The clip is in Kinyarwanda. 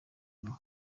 nabo